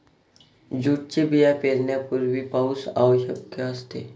जूटचे बिया पेरण्यापूर्वी पाऊस आवश्यक असते